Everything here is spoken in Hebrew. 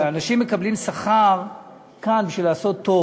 כן, אנשים מקבלים כאן שכר בשביל לעשות טוב